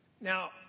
Now